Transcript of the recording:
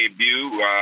debut